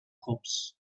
hops